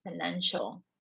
exponential